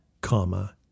comma